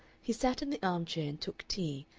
he sat in the arm-chair and took tea,